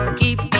keep